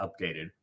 updated